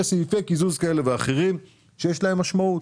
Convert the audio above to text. סעיפי קיזוז כאלה ואחרים שיש להם משמעות.